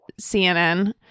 CNN